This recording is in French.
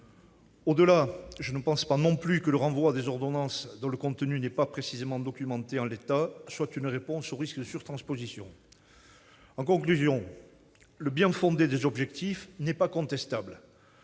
ailleurs, je ne pense pas non plus que le renvoi à des ordonnances, dont le contenu n'est pas précisément documenté en l'état, soit une réponse au risque de surtransposition. En conclusion, le bien-fondé des objectifs n'est pas contestable